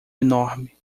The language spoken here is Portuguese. enorme